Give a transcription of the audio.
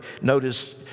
notice